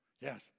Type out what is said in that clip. Yes